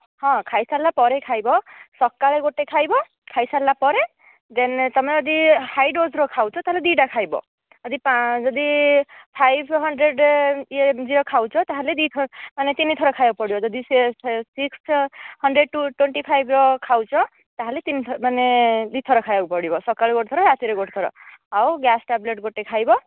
ହଁ ଖାଇସାରିଲା ପରେ ଖାଇବ ସକାଳେ ଗୋଟେ ଖାଇବ ଖାଇସାରିଲା ପରେ ଦେନ୍ ତୁମେ ଯଦି ହାଇ ଡୋଜ୍ର ଖାଉଛ ତା'ହେଲେ ଦୁଇଟା ଖାଇବ ଆଉ ଯଦି ଫାଇବ୍ ହଣ୍ଡ୍ରେଡ୍ ଏମ୍ଜିର ଖାଉଛ ତା'ହେଲେ ଦୁଇ ଥର ମାନେ ତିନି ଥର ଖାଇବାକୁ ପଡ଼ିବ ଯଦି ସେ ସେ ସିକ୍ସ ହଣ୍ଡ୍ରେଡ୍ ଟୁ ଟ୍ୱେଣ୍ଟି ଫାଇବ୍ର ଖାଉଛ ତା'ହେଲେ ତିନି ଥର ମାନେ ଦୁଇ ଥର ଖାଇବାକୁ ପଡ଼ିବ ଖାଇବ ସକାଳେ ଗୋଟେ ଥର ରାତିରେ ଗୋଟେ ଥର ଆଉ ଗ୍ୟାସ୍ ଟାବ୍ଲେଟ୍ ଗୋଟେ ଖାଇବ